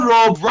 Rob